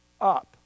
up